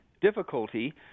difficulty